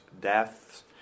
Deaths